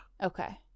okay